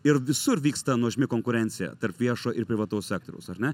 ir visur vyksta nuožmi konkurencija tarp viešo ir privataus sektoriaus ar ne